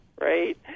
right